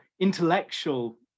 intellectual